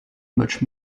much